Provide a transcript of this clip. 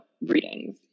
readings